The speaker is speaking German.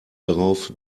darauf